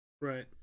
right